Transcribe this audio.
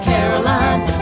Caroline